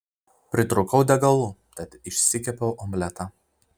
pritrūkau degalų tad išsikepiau omletą